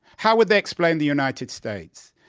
how would they explain the united states?